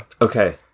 Okay